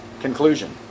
conclusion